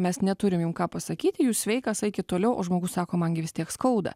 mes neturim jum ką pasakyti jūs sveikas eikit toliau o žmogus sako man gi vis tiek skauda